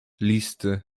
listy